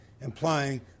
implying